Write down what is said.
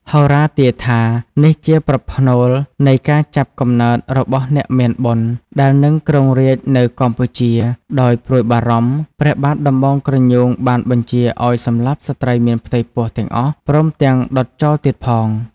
ហោរាទាយថា នេះជាប្រផ្នូលនៃការចាប់កំណើតរបស់អ្នកមានបុណ្យ ដែលនឹងគ្រងរាជ្យនៅកម្ពុជា ដោយព្រួយបារម្ភ ព្រះបាទដំបងក្រញូងបានបញ្ជាឱ្យសម្លាប់ស្ត្រីមានផ្ទៃពោះទាំងអស់ ព្រមទាំងដុតចោលទៀតផង។